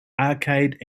arcade